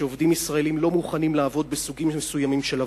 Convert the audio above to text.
שעובדים ישראלים לא מוכנים לעבוד בסוגים מסוימים של עבודות.